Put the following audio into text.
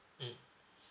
mmhmm